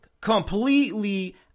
Completely